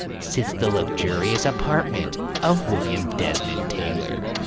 sits the luxurious apartment of william desmond taylor.